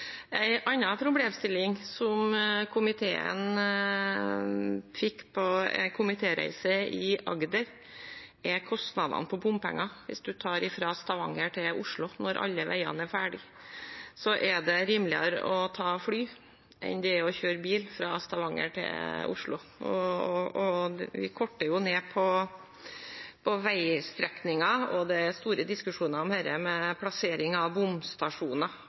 problemstilling som komiteen fikk på en komitéreise i Agder, er bompengekostnader. For eksempel fra Stavanger til Oslo, når alle veiene er ferdig, er det rimeligere å ta fly enn det er å kjøre bil fra Stavanger til Oslo. Vi korter jo ned på veistrekninger, og det er store diskusjoner om rettferdig plassering av bomstasjoner.